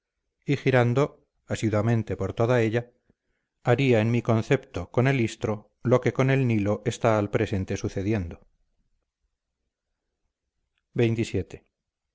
girando asiduamente por toda ella haría en mi concepto con el istro lo que con el nilo está al presente sucediendo